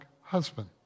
husband